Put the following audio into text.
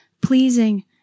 pleasing